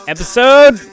Episode